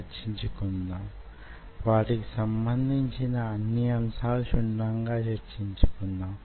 ఇప్పుడు myotube లు వాటి రూపాన్ని పొందుతాయి